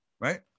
Right